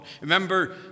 Remember